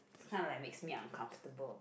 kind of like makes me uncomfortable